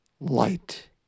light